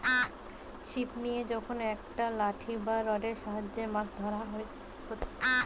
ছিপ লিয়ে যখন একটা লাঠি বা রোডের সাহায্যে মাছ ধরা হয়টে